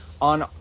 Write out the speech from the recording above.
on